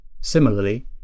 Similarly